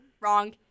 Wrong